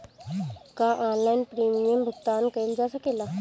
का online premium भुगतान कईल जा सकेला?